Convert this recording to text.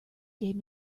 gave